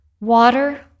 Water